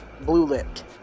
blue-lipped